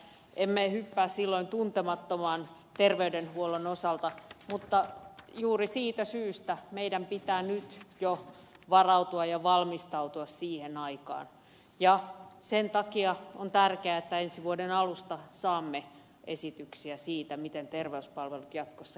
emme hyppää silloin tuntemattomaan terveydenhuollon osalta mutta juuri siitä syystä meidän pitää nyt jo varautua ja valmistautua siihen aikaan ja sen takia on tärkeää että ensi vuoden alusta saamme esityksiä siitä miten terveyspalvelut jatkossa järjestetään